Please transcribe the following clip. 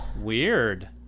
Weird